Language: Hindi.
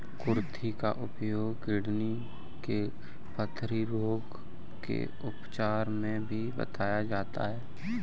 कुर्थी का उपयोग किडनी के पथरी रोग के उपचार में भी बताया जाता है